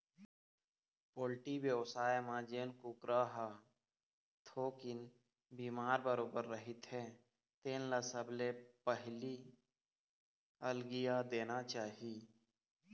poultry बेवसाय म जेन कुकरा ह थोकिन बिमार बरोबर रहिथे तेन ल सबले पहिली अलगिया देना चाही